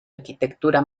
arquitectura